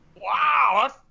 Wow